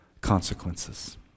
consequences